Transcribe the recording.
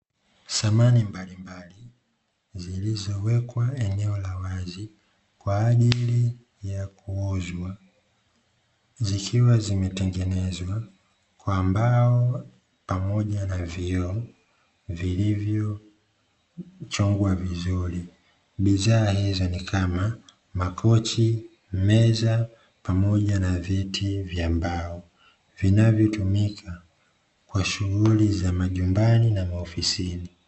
Samani mbalimbali zilizo wekwa eneo la wazi kwajili ya kuuzwa zikiwa zimetengenezwa kwa mbao pamoja na vioo vilivyo chongwa vizuri, bidhaa hizo ni kama makochi, meza pamoja na viti vya mbao vinavyo tumika kwa shughuli za majumbani na maofisini.